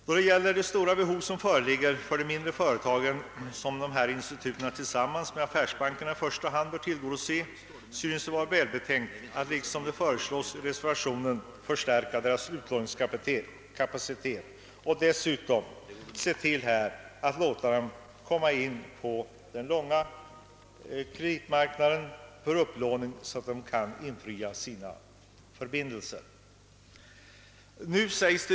Då det gäller de stora behov som föreligger för de mindre företagen, som dessa institut tillsammans med affärsbankerna i första hand bör tillgodose, synes det välbetänkt att, som föreslås i reservationen, förstärka deras = utlåningskapacitet och dessutom låta dem komma in på den långfristiga kreditmarknaden för upplåning, så att de kan infria sina åtaganden.